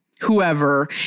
whoever